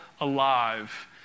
alive